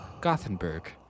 Gothenburg